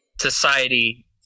society